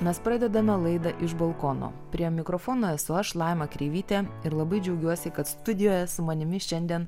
mes pradedame laida iš balkono prie mikrofono esu aš laima kreivytė ir labai džiaugiuosi kad studijoje su manimi šiandien